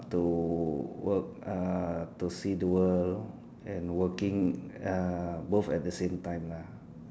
to work uh to see the world and working uh both at the same time lah